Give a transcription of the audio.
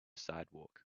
sidewalk